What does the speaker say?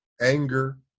anger